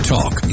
Talk